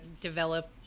develop